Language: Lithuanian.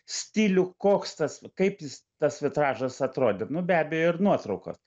stilių koks tas kaip jis tas vitražas atrodyt nu be abejo ir nuotraukos